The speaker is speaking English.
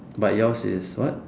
but yours is what